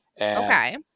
Okay